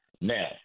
Now